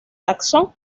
taxón